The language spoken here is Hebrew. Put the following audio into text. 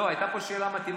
לא, הייתה פה שאלה מתמטית.